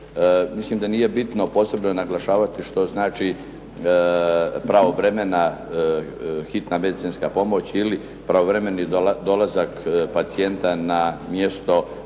Mislim da nije bitno posebno naglašavati što znači pravovremena hitna medicinska pomoć ili pravovremeni dolazak pacijenta na mjesto potpune